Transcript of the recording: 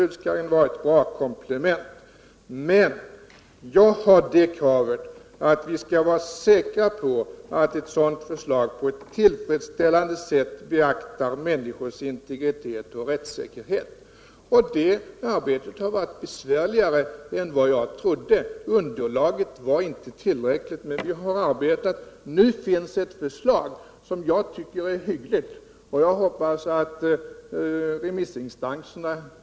Jag skulle nästan vilja göra tvärtemot vad en del har tänkt göra nu, nämligen be de lojala skattebetalarna om ursäkt för att vi skattelagstiftare inte lyckats skapa en lagstiftning som har förhindrat skatteundandragande, i stället för att be dem om ursäkt som har blivit föremål för någon eventuell undersökning, om misstanke har förelegat. En allmän skatteflyktsparagraf klarar inte av alla problem. Det är jag medveten om. Men den kan göra nytta i väldigt många fall.